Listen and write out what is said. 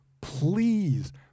please